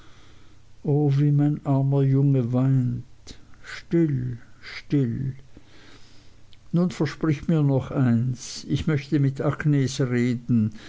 o wie mein armer junge weint still still nun versprich mir noch eins ich möchte mit agnes reden